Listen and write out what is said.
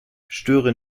störe